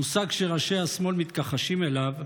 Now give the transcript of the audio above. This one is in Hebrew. מושג שראשי השמאל מתכחשים אליו,